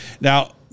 Now